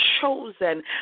chosen